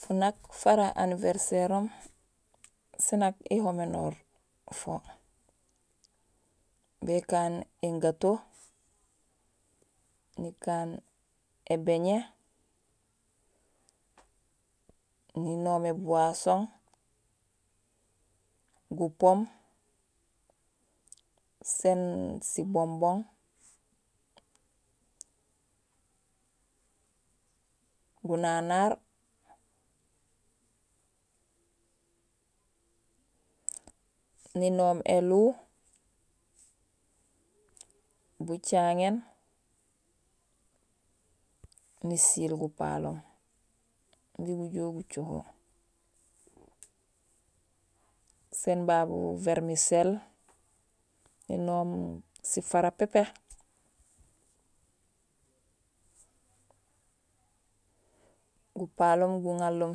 Funak fara anniversaire room séén nak ihoménoor fo. Békaan in gâteau, ikaan ébéñé, ninoom é boisson, gu pomme, séén si bonbon, gunanar, ninoom élihu, bucaŋéén, nisiil gupaloom imbi gujool gucoho. Sén babu vermicelle, ninoom sifara pépé. Gupaloom guŋanloom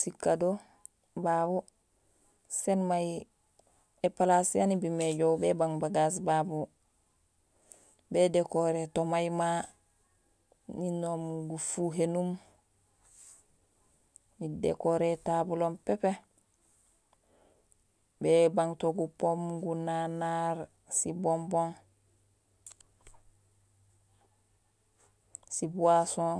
si cadeaux babu. Sén may épalas yaan iñumé éjoow bébang bagas babu; bédékoré to may maa, ninomul gufuhénum, nidékoré étabuloom pépé. Bébang to gu pomme, gunanar, si bonbon, si boisson.